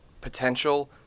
potential